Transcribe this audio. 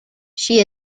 she